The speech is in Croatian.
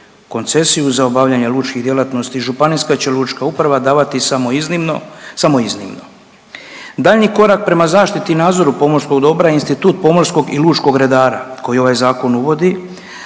Koncesiju za obavljanje lučkih djelatnosti županijska će lučka uprava davati samo iznimno, samo iznimno. Daljnji korak prema zaštiti i nadzoru pomorskog dobra institut pomorskog i lučkog redara koji ovaj zakon uvodi,